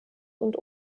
und